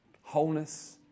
wholeness